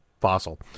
fossil